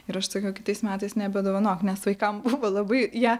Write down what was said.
ir aš sakiau kitais metais nebedovanok nes vaikam buvo labai jie